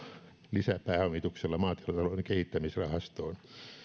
lisäpääomituksella maatilatalouden kehittämisrahastoon